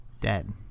dead